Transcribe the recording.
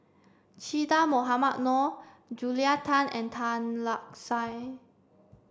Che Dah Mohamed Noor Julia Tan and Tan Lark Sye